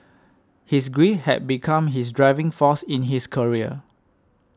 his grief had become his driving force in his career